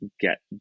get